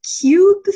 cube